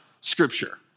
Scripture